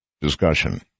discussion